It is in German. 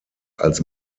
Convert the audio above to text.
als